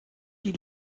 die